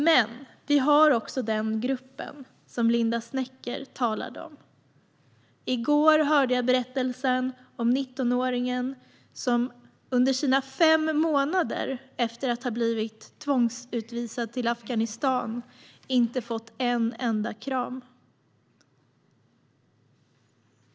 Men vi har också den grupp som Linda Snecker talade om. I går hörde jag berättelsen om 19-åringen som under fem månader, efter att ha blivit tvångsutvisad till Afghanistan, inte hade fått en enda kram.